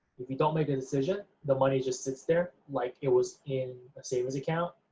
if you don't make the decision the money just sits there like it was in a savings account,